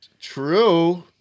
True